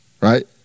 right